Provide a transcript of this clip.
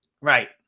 Right